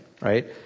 right